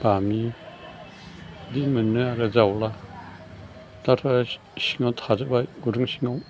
बामि बिदि मोनो आरो जावब्ला दाथ' सिङाव थाजोब्बाय गुदुं सिङाव